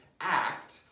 act